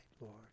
Lord